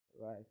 right